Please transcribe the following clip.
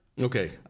Okay